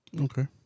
okay